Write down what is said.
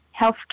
healthcare